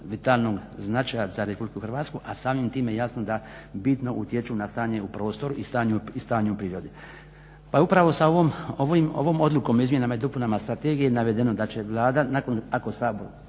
vitalnog značaja za Republiku Hrvatsku, a samim time jasno da bitno utječu na stanje u prostoru i stanje u prirodi. Pa upravo je sa ovom Odlukom o izmjenama i dopunama strategije navedeno da će Vlada ako Sabor,